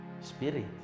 Spirit